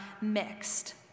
mixed